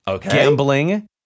gambling